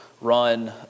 run